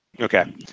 Okay